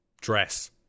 dress